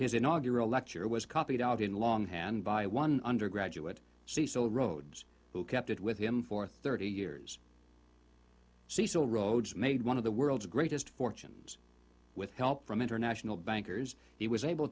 inaugural lecture was copied out in longhand by one undergraduate cecil rhodes who kept it with him for thirty years cecil rhodes made one of the world's greatest fortunes with help from international bankers he was able